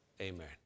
amen